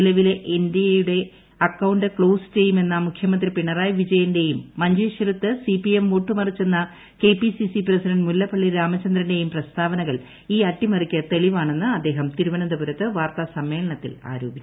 നിലവിലെ എൻഡിഎയുടെ account close ചെയ്യുമെന്ന മുഖ്യമന്ത്രി പിണറായി വിജയന്റെയും മഞ്ചേശ്വരത്ത് സിപിഎം വോട്ടുമറിച്ചെന്ന കെപിസിസി പ്രസിഡന്റ് മുല്ലപ്പള്ളി രാമചന്ദ്രന്റെയും പ്രസ്താവനകൾ ഈ അട്ടിമറിക്ക് തെളിവാണെന്ന് അദ്ദേഹം തിരുവനന്തപുരത്ത് വാർത്താ സമ്മേളനത്തിൽ ആരോപിച്ചു